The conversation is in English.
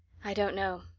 i don't know.